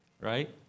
right